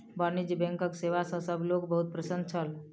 वाणिज्य बैंकक सेवा सॅ सभ लोक बहुत प्रसन्न छल